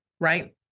right